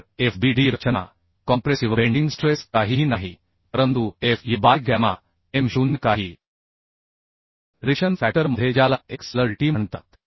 तर f b d रचना compressive bending stress काहीही नाही परंतु f y by gamma m 0 काही रिएक्शन फॅक्टर मध्ये ज्याला x l t म्हणतात